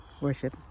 worship